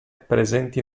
presenti